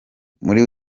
muri